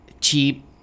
Cheap